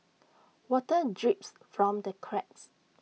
water drips from the cracks